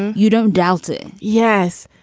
and you don't doubt it yes.